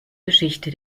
geschichte